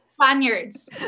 Spaniards